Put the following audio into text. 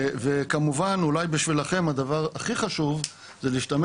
ואולי בשבילכם הדבר הכי חשוב זה להשתמש